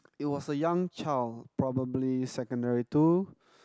it was a young child probably secondary two